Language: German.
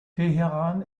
teheran